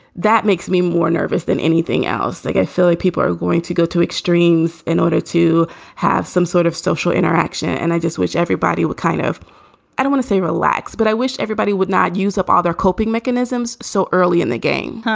that makes me more nervous than anything else. like i feel like people are going to go to extremes in order to have some sort of social interaction. and i just wish everybody would kind of do want to say relax. but i wish everybody would not use up all their coping mechanisms so early in the game